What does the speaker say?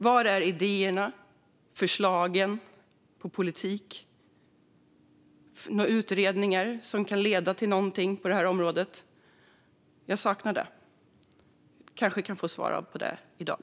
Var är idéerna och förslagen på politik? Var finns utredningarna som kan leda till någonting på det här området? Jag saknar det. Kanske kan jag få svar på det i dag.